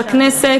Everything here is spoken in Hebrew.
בכנסת,